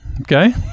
Okay